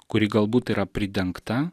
kuri galbūt yra pridengta